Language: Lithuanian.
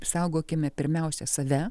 saugokime pirmiausia save